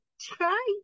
try